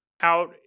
out